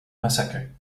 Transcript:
massacre